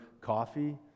coffee